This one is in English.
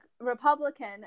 Republican